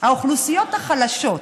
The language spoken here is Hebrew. האוכלוסיות החלשות,